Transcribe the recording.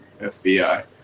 FBI